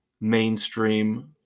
mainstream